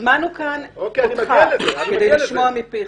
הזמנו אותך על מנת לשמוע מפיך.